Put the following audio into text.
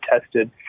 tested